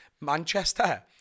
Manchester